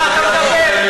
בדיוק, צריך להגיד את האמת.